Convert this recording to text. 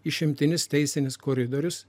išimtinis teisinis koridorius